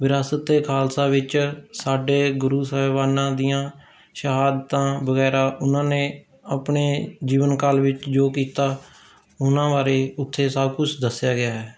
ਵਿਰਾਸਤ ਏ ਖਾਲਸਾ ਵਿੱਚ ਸਾਡੇ ਗੁਰੂ ਸਾਹਿਬਾਨਾਂ ਦੀਆਂ ਸ਼ਹਾਦਤਾਂ ਵਗੈਰਾ ਉਹਨਾਂ ਨੇ ਆਪਣੇ ਜੀਵਨ ਕਾਲ ਵਿੱਚ ਜੋ ਕੀਤਾ ਉਨ੍ਹਾਂ ਬਾਰੇ ਉੱਥੇ ਸਭ ਕੁਝ ਦੱਸਿਆ ਗਿਆ ਹੈ